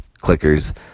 clickers